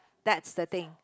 that's the thing